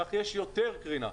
כך יש יותר קרינה.